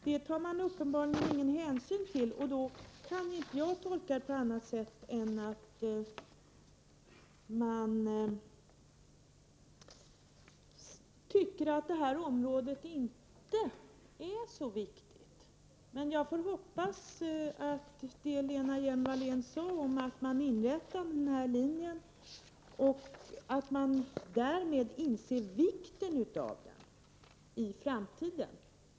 Det tar man uppenbarligen ingen hänsyn till, och det kan jag inte tolka på annat sätt än att man tycker att området inte är så viktigt. Jag får hoppas att det Lena Hjelm-Wallén sade om att man har inrättat fotografilinjen i Göteborg innebär att man inser vikten av den i framtiden.